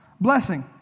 blessing